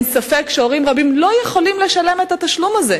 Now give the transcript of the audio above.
אין ספק שהורים רבים לא יכולים לשלם את התשלום הזה.